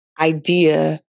idea